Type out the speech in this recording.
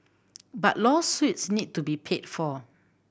but lawsuits need to be paid for